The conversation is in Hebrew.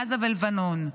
מעזה ולבנון.